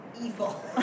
Evil